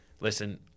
listen